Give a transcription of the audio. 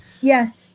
Yes